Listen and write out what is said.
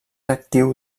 actiu